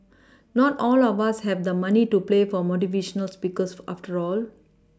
not all of us have the money to play for motivational Speakers after all